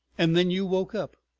and then you woke up?